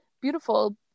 beautiful